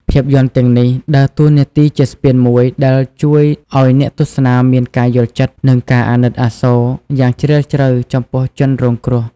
ភាពយន្តទាំងនេះដើរតួនាទីជាស្ពានមួយដែលជួយឲ្យអ្នកទស្សនាមាន ការយល់ចិត្ត និងការអាណិតអាសូរ យ៉ាងជ្រាលជ្រៅចំពោះជនរងគ្រោះ។